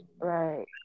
Right